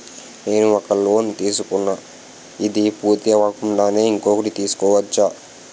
నేను ఒక లోన్ తీసుకున్న, ఇది పూర్తి అవ్వకుండానే ఇంకోటి తీసుకోవచ్చా?